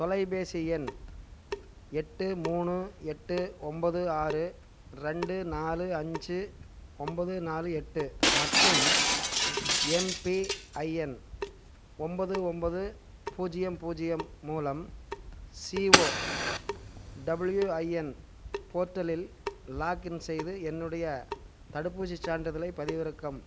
தொலைபேசி எண் எட்டு மூணு எட்டு ஒன்பது ஆறு ரெண்டு நாலு அஞ்சு ஒன்பது நாலு எட்டு மற்றும் எம்பிஐஎன் ஒன்போது ஒன்போது பூஜ்யம் பூஜ்யம் மூலம் சிஓ டபுள்யூஐஎன் போர்ட்டலில் லாக்இன் செய்து என்னுடைய தடுப்பூசிச் சான்றிதழைப் பதிவிறக்கவும்